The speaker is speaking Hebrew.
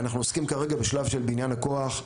אנחנו עוסקים כרגע בשלב של בניין הכוח,